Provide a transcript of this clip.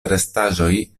restaĵoj